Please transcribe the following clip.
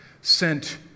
sent